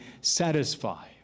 satisfy